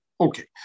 okay